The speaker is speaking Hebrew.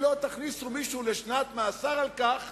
אם לא תכניסו מישהו לשנת מאסר על כך,